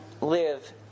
live